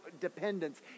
dependence